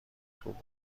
توپ